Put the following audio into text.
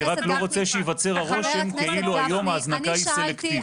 אני רק לא רוצה שייווצר הרושם כאילו היום ההזנקה היא סלקטיבית.